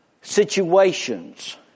situations